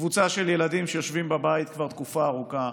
קבוצה של ילדים שיושבים בבית כבר תקופה ארוכה,